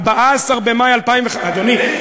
14 במאי 2015. אדוני,